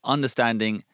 Understanding